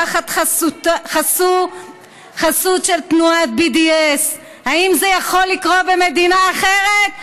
בחסות של תנועת BDS. האם זה יכול לקרות במדינה אחרת?